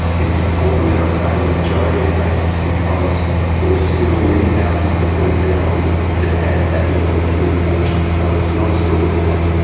it's important that i say the majority of cases because there were still many houses that burnt down that had that level of fuel reduction, so it's not a silver bullet.